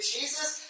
Jesus